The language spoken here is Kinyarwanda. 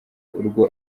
urwo